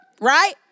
Right